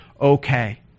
okay